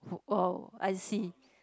uh oh I see